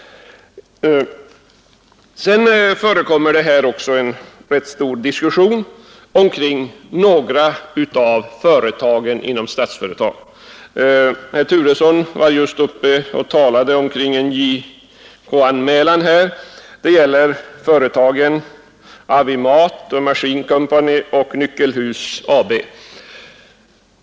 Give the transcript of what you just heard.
Sedan förekommer det också en rätt omfattande diskussion kring några av företagen inom Statsföretag. Herr Turesson talade nyss om en JK-anmälan. Den gäller företagen AB Avimat, SMT Machine Company AB och Nyckelhus AB.